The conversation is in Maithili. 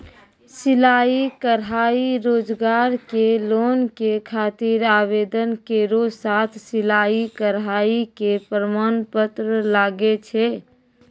सिलाई कढ़ाई रोजगार के लोन के खातिर आवेदन केरो साथ सिलाई कढ़ाई के प्रमाण पत्र लागै छै?